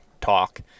talk